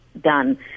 done